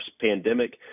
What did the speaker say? pandemic